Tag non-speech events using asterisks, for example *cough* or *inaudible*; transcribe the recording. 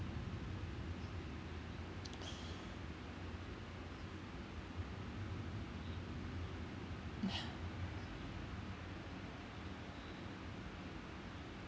*noise*